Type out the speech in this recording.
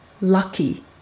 Lucky